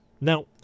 Now